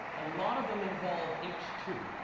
a lot of them involve h two.